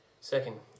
Second